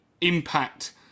impact